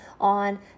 on